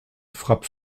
frappe